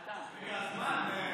הגיע הזמן?